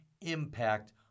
impact